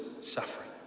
suffering